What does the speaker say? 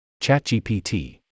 ChatGPT